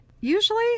Usually